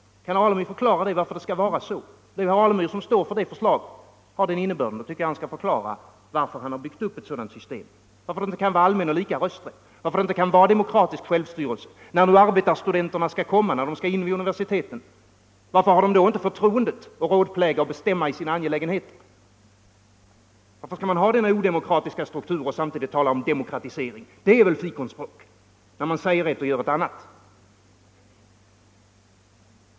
Kan herr Alemyr förklara varför det skall vara så? Det är ju herr Alemyr som står för det förslaget, därför tycker jag att han skall förklara varför han har byggt upp ett sådant system, varför det inte kan vara allmän och lika rösträtt, varför det inte kan vara demokratiskt självstyre. När nu arbetarstudenterna skall in vid universiteten, varför har de då inte förtroendet att få rådpläga och bestämma i sina egna angelägenheter? Varför skall man ha denna odemokratiska struktur och samtidigt tala om demokratisering? Det är väl fikonspråk, när man säger ett och gör ett annat.